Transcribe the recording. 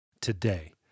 today